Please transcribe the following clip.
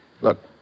Look